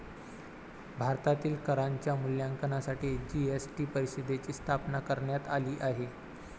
भारतातील करांच्या मूल्यांकनासाठी जी.एस.टी परिषदेची स्थापना करण्यात आली आहे